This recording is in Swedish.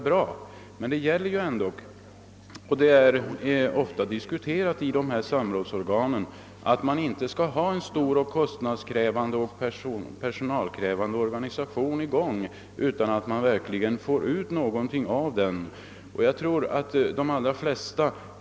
Principen är emellertid — något som ofta har diskuterats i samrådsorganen -— att man inte skall ha en stor kostnadsoch personalkrävande organisation i gång utan att verkligen få ut något väsentligt av den.